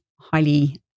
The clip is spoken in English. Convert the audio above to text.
highly